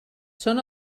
són